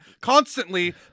constantly